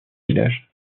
village